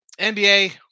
NBA